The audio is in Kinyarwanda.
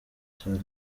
cane